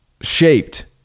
shaped